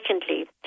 Secondly